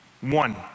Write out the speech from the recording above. one